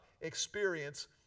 experience